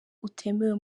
utemewe